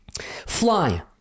Fly